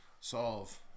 solve